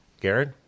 Garrett